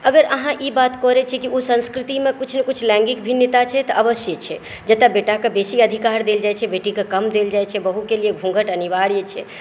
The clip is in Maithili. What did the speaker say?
अगर अहाँ ई बात करै छी कि संस्कृतिमे किछु ने किछु लैङ्गिक भिन्नता छै तऽ अवश्य छै जतऽ बेटाकेँ बेसी अधिकार देल जाइ छै बेटीकेँ कम देल जाइ छै बहुके लिए घुँघट अनिवार्य छै